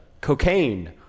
cocaine